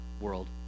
world